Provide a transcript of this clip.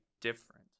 different